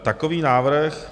Takový návrh.